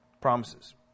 Promises